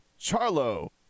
Charlo –